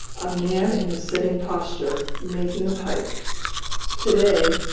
a man in a sitting posture, making a pipe to-day,